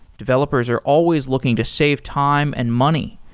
developers are always looking to save time and money,